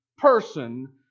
person